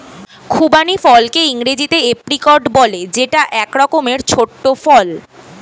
খুবানি ফলকে ইংরেজিতে এপ্রিকট বলে যেটা এক রকমের ছোট্ট ফল